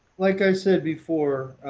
like i said before,